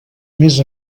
més